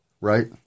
Right